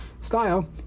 style